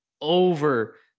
over